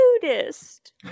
Buddhist